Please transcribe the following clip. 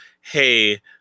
hey